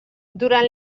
durant